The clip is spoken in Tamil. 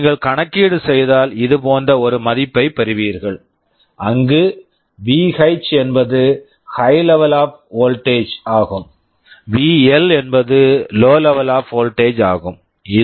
நீங்கள் கணக்கீடு செய்தால் இது போன்ற ஒரு மதிப்பைப் பெறுவீர்கள் அங்கு VH என்பது high level of voltage high level of voltage ஆகும் VL என்பது low level of voltage low level of voltage ஆகும்